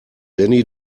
jenny